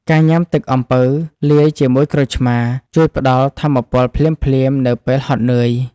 ការញ៉ាំទឹកអំពៅលាយជាមួយក្រូចឆ្មារ ជួយផ្តល់ថាមពលភ្លាមៗនៅពេលហត់នឿយ។